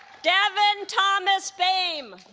devin thomas boehm